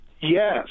Yes